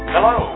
Hello